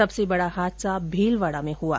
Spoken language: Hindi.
सबसे बडा हादसा भीलवाडा में हुआ